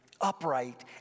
upright